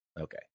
Okay